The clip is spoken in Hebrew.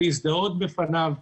להזדהות בפניו,